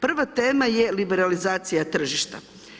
Prva tema je liberalizacija tržišta.